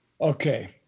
Okay